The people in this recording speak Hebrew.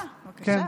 בבקשה.